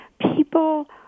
People